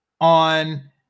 on